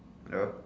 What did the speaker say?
hello